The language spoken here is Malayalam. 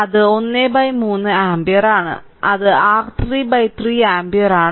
അത് 13 ആമ്പിയർ അത് R3 3 ആമ്പിയർ ആണ്